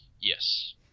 Yes